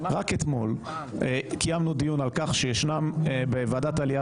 רק אתמול קיימנו דיון בוועדת העלייה